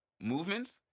movements